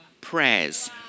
prayers